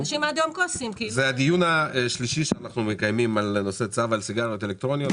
זה הדיון השלישי שאנחנו מקיימים בנוגע למס על סיגריות אלקטרונית.